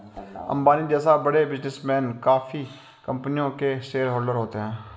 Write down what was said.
अंबानी जैसे बड़े बिजनेसमैन काफी कंपनियों के शेयरहोलडर होते हैं